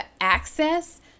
access